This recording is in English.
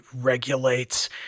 regulates